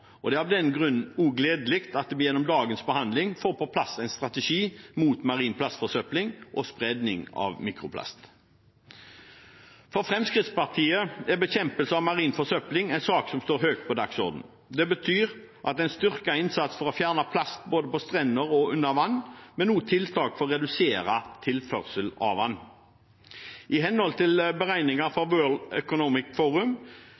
inneha. Det er av den grunn også gledelig at vi gjennom dagens behandling får på plass en strategi mot marin plastforsøpling og spredning av mikroplast. For Fremskrittspartiet er bekjempelse av marin forsøpling en sak som står høyt på dagsordenen. Det betyr at en styrker innsatsen for å fjerne plast både på strender og under vann, men også tiltak for å redusere tilførsel av det. I henhold til beregninger